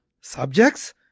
Subjects